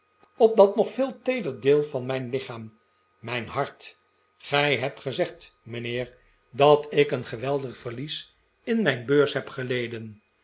op dat nog veel teerder deel van mijn lichaam mijn hart gij hebt gezegd mijnheer dat ik een geweldig verlies in mijn beurs heb geleden